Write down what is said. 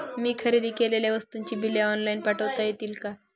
मी खरेदी केलेल्या वस्तूंची बिले ऑनलाइन पाठवता येतील का?